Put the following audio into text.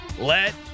let